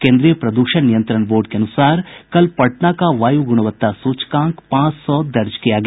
केन्द्रीय प्रदूषण नियंत्रण बोर्ड के अनुसार कल पटना का वायु गुणवत्ता सूचकांक पांच सौ दर्ज किया गया